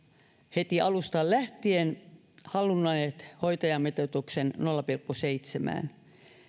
heti alusta lähtien halunneet hoitajamitoituksen nolla pilkku seitsemään